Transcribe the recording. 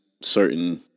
certain